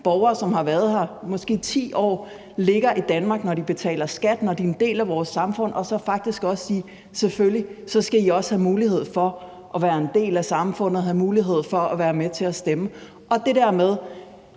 borgere, som måske har været her i 10 år, lægger i Danmark. Når de betaler skat og når de er en del af vores samfund, bør man faktisk også sige: Selvfølgelig skal I også have mulighed for at være en del af samfundet og have mulighed for at være med til at stemme. Til det der med,